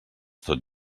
tot